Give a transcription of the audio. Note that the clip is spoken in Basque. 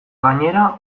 gainera